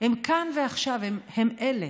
כאן ועכשיו, הם אלה,